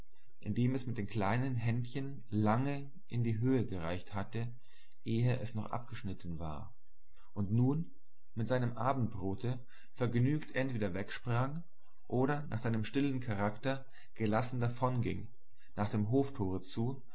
indem es mit den kleinen händchen lange in die höhe gereicht hatte ehe es noch abgeschnitten war und nun mit seinem abendbrote vergnügt entweder wegsprang oder nach seinem stillern charakter gelassen davonging nach dem hoftore zu